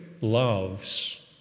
loves